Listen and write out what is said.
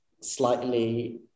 slightly